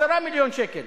10 מיליון שקל,